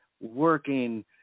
working